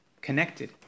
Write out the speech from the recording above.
connected